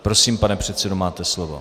Prosím, pane předsedo, máte slovo.